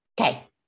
Okay